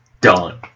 Done